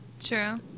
True